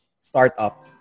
startup